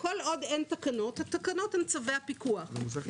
וכל עוד אין תקנות צווי הפיקוח הם התקנות.